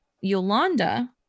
yolanda